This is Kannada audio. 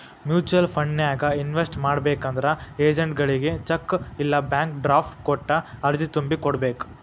ಮ್ಯೂಚುಯಲ್ ಫಂಡನ್ಯಾಗ ಇನ್ವೆಸ್ಟ್ ಮಾಡ್ಬೇಕಂದ್ರ ಏಜೆಂಟ್ಗಳಗಿ ಚೆಕ್ ಇಲ್ಲಾ ಬ್ಯಾಂಕ್ ಡ್ರಾಫ್ಟ್ ಕೊಟ್ಟ ಅರ್ಜಿ ತುಂಬಿ ಕೋಡ್ಬೇಕ್